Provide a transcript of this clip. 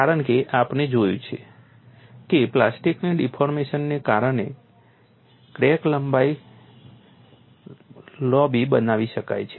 કારણ કે આપણે જોયું છે કે પ્લાસ્ટિકની ડિફોર્મેશનને કારણે ક્રેક લાંબી લંબાઈ બનાવી શકાય છે